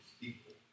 people